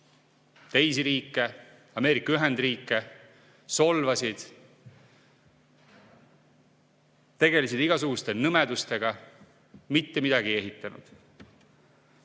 teisi riike, ka Ameerika Ühendriike solvasid, tegelesid igasuguste nõmedustega. Mitte midagi ei ehitanud.